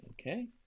Okay